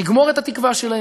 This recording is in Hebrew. לגמור את התקווה שלהם,